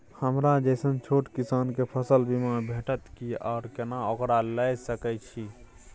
हमरा जैसन छोट किसान के फसल बीमा भेटत कि आर केना ओकरा लैय सकैय छि?